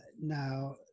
Now